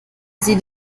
sie